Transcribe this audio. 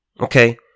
Okay